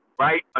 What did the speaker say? right